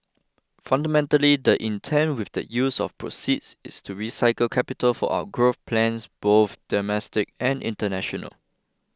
fundamentally the intent with the use of proceeds is to recycle capital for our growth plans both domestic and international